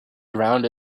around